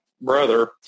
brother